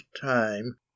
time